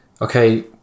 Okay